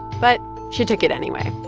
but she took it anyway